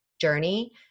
journey